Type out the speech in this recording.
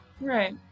right